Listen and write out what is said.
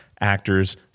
actors